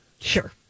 Sure